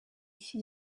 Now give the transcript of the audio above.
iki